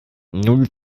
null